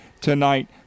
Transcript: tonight